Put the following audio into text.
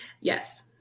Yes